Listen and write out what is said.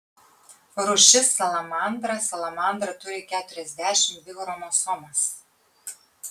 rūšis salamandra salamandra turi keturiasdešimt dvi chromosomas